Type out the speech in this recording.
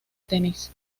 tenis